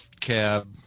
cab